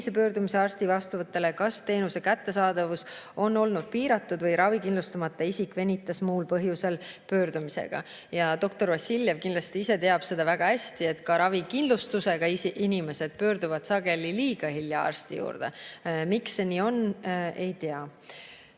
pöördumise arsti vastuvõtule, kas teenuse kättesaadavus oli piiratud või ravikindlustamata isik venitas pöördumisega muul põhjusel. Doktor Vassiljev teab ise kindlasti väga hästi, et ka ravikindlustusega inimesed pöörduvad sageli liiga hilja arsti poole. Miks see nii on, ei tea.